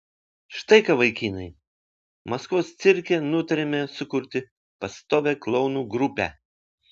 štai ką vaikinai maskvos cirke nutarėme sukurti pastovią klounų grupę